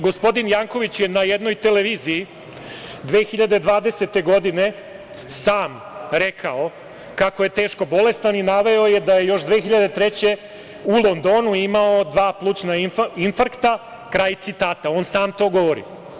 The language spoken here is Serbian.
Gospodin Janković je na jednoj televiziji 2020. godine sam rekao kako je teško bolestan i naveo je, da je još 2003. godine u Londonu imao dva plućna infarkta, kraj citata, on sam to govori.